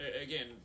again